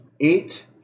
eight